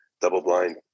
double-blind